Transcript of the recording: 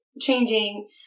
changing